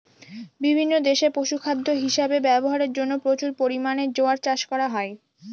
বিভিন্ন দেশে পশুখাদ্য হিসাবে ব্যবহারের জন্য প্রচুর পরিমাণে জোয়ার চাষ করা হয়